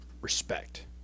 respect